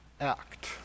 act